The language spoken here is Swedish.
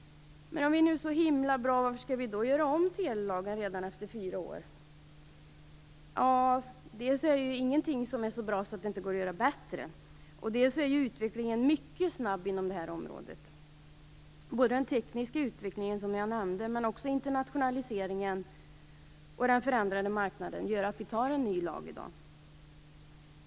Men om vi nu är så himla bra, varför skall vi då göra om telelagen redan efter fyra år? Jo, dels finns det ju ingenting som är så bra att det inte går att göra bättre, dels är utvecklingen mycket snabb inom detta område. Den tekniska utvecklingen, som jag nämnde, liksom internationaliseringen och den förändrade marknaden gör att vi nu antar en ny lag i dag.